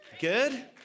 Good